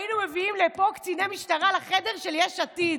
היינו מביאים לפה קציני משטרה לחדר של יש עתיד.